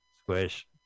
Squish